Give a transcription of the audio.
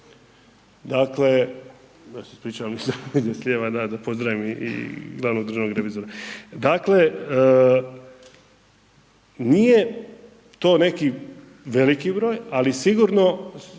Dakle, ja se ispričavam nisam vidio s lijeva da, da pozdravim i glavnog državnog revizora. Dakle, nije to neki veliki broj ali sigurno